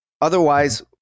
Otherwise